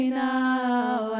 now